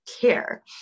care